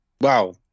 Wow